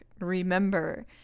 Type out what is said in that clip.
Remember